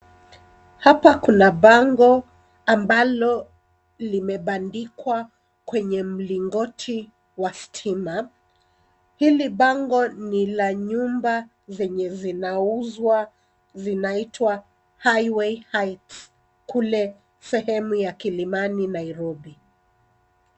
Hapa kuna bango ambalo limebandikwa kwenye mlingoti wa stima, hili bango ni la nyumba zenye zinauzwa zinaitwa Highway heights, kule sehemu ya kilimani Nairobi.